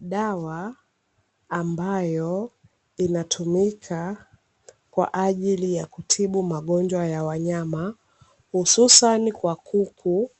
Dawa ambayo inatumika kwaajili ya kutibu magonjwa ya wanyama hususani kwa kuku,